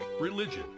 religion